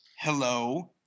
Hello